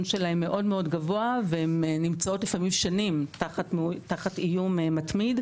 שלהן מאוד גבוה והן נמצאות לפעמים שנים תחת איום מתמיד,